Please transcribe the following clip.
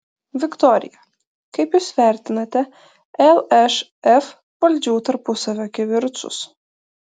viktorija kaip jūs vertinate lšf valdžių tarpusavio kivirčus